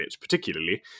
particularly